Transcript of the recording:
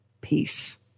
peace